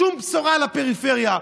שום בשורה לפריפריה,